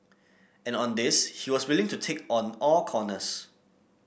and on this he was willing to take on all comers